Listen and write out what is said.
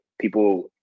people